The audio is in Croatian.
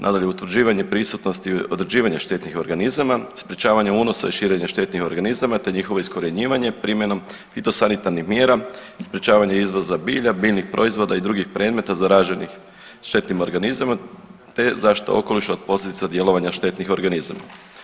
Nadalje, utvrđivanje prisutnosti određivanja štetnih organizama, sprječavanje unosa i širenje štetnih organizama te njihovo iskorjenjivanje primjenom fitosanitarnih mjera, sprječavanje izvoza bilja, biljnih proizvoda i drugih predmeta zaraženih štetnim organizmima te zaštita okoliša od posljedica djelovanja štetnih organizama.